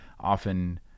often